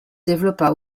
développa